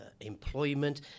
employment